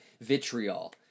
vitriol